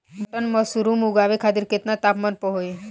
Button mushroom उगावे खातिर केतना तापमान पर होई?